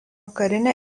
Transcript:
karinė